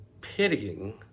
pitying